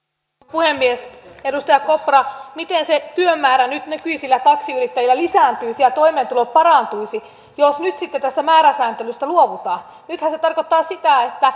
puhemies edustaja kopra miten se työmäärä nyt nykyisillä taksiyrittäjillä lisääntyisi ja toimeentulo parantuisi jos nyt sitten tästä määräsääntelystä luovutaan nythän se tarkoittaa sitä